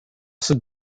står